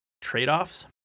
trade-offs